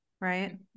right